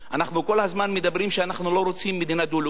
אנחנו כל הזמן מדברים שאנחנו לא רוצים מדינה דו-לאומית,